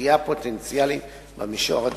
פגיעה פוטנציאלית במישור הדמוקרטי.